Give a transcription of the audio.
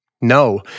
No